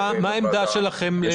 מהי עמדתכם בעניין